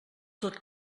tot